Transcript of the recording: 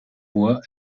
bois